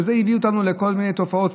וזה הביא אותנו לכל מיני תופעות,